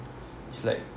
it's like